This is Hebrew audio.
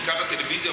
בעיקר הטלוויזיה,